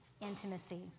intimacy